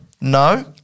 No